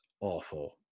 awful